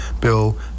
bill